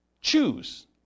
choose